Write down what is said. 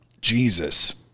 Jesus